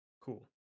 Cool